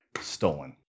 stolen